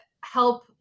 help